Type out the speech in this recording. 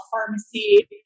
pharmacy